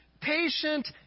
patient